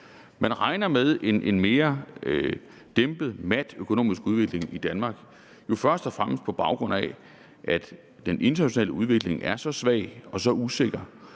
Man regner med en mere dæmpet, mat økonomisk udvikling i Danmark, jo først og fremmest på baggrund af at den internationale udvikling er så svag og så usikker,